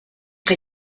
que